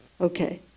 Okay